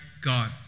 God